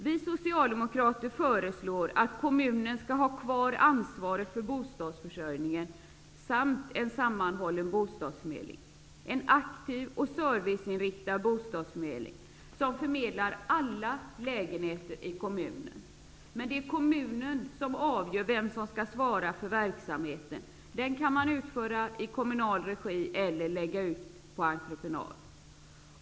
Vi socialdemokrater föreslår att kommunen skall ha kvar ansvaret för bostadsförsörjningen samt en sammanhållen bostadsförmedling. Det skall vara en aktiv och serviceinriktad bostadsförmedling som förmedlar alla lägenheter i kommunen. Kommunen avgör vem som skall svara för verksamheten. Den kan utföras i kommunal regi eller läggas ut på entreprenad.